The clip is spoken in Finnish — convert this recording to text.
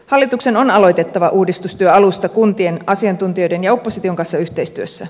hallituksen on aloitettava uudistustyö alusta kuntien asiantuntijoiden ja opposition kanssa yhteistyössä